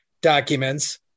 documents